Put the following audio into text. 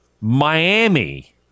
Miami